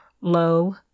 Lo